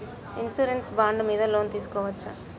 Insurance bond మీద loan తీస్కొవచ్చా?